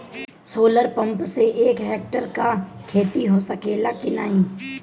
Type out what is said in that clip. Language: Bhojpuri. सोलर पंप से एक हेक्टेयर क खेती हो सकेला की नाहीं?